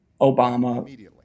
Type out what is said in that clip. Obama